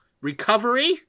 recovery